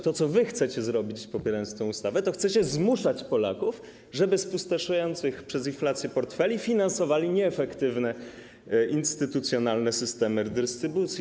To, co wy chcecie zrobić, popierając tę ustawę, to zmuszać Polaków, żeby z pustoszejących przez inflację portfeli finansowali nieefektywne, instytucjonalne systemy dystrybucji.